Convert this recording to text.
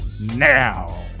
now